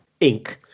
Inc